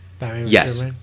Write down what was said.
Yes